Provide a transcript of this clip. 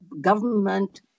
government